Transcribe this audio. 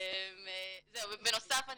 בנוסף,